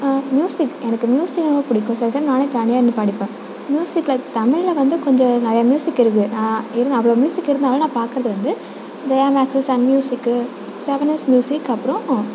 music எனக்கு மியூசிக்னாவே பிடிக்கும் சில சமயம் நானே தனியாக நின்று பாடிப்பேன் மியூசிக்கில் தமிழில் வந்து கொஞ்சம் நிறையா மியூசிக் இருக்குது இருந்து அவ்வளோ மியூசிக் இருந்தாலும் நான் பார்க்கறது வந்து Jaya Max Sun Music seven S Music அப்புறம்